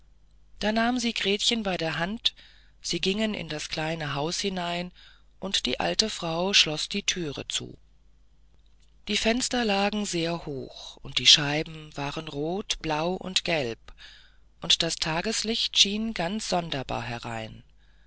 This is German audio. da nahm sie gretchen bei der hand sie gingen in das kleine haus hinein und die alte frau schloß die thüre zu die fenster lagen sehr hoch und die scheiben waren rot blau und gelb und das tageslicht schien ganz sonderbar herein